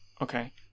Okay